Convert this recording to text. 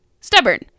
stubborn